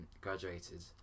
graduated